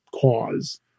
cause